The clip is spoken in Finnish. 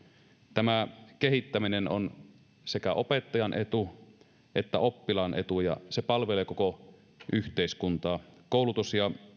tämä kehittäminen on sekä opettajan etu että oppilaan etu ja se palvelee koko yhteiskuntaa koulutus ja